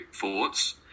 thoughts